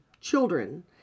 children